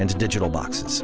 and digital boxes